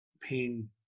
pain